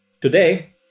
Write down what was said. Today